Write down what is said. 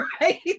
Right